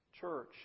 church